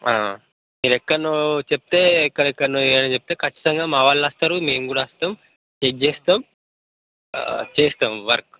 మీరు ఎక్కడనో చెప్తే ఎక్కడెక్కడనో ఎయ్యాల్నో చెప్తే మేం ఖచ్చితంగా మా వాళ్ళొస్తారు మేము కూడా వస్తాం సెట్ చేస్తాం చేస్తాం వర్క్